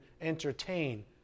entertain